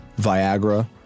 Viagra